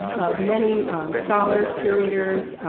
of many scholars, curators,